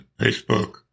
Facebook